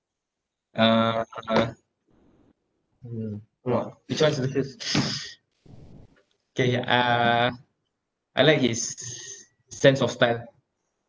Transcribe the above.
uh K uh I like his sense of style